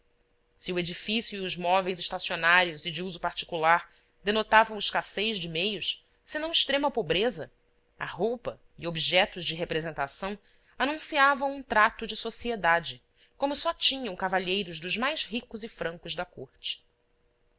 se o edifício e os móveis estacionários e de uso particular denotavam escassez de meios senão extrema pobreza a roupa e objetos de representação anunciavam um trato de sociedade como só tinham cavalheiros dos mais ricos e francos da corte